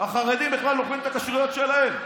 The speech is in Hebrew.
החרדים בכלל אוכלים את הכשרויות שלהם,